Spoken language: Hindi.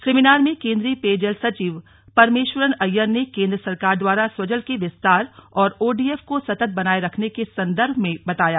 सेमिनार में केंद्रीय पेयजल सचिव परमेश्वरन अय्यर ने केंद्र सरकार द्वारा स्वजल के विस्तार और ओडीएफ को सतत बनाये रखने के संदर्भ में बताया